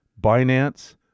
Binance